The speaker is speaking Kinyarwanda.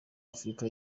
afurika